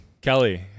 Kelly